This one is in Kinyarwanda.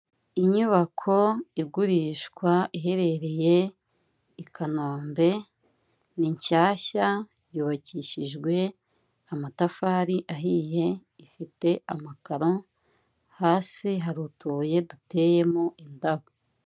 Inyubako igurishwa iherereye i Kanombe, ni nshyashya yubakishijwe amatafari ahiye, ifite amakaro, hasi hari utubuye duteyemo indabo.